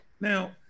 now